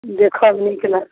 देखब नीक लाग